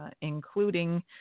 including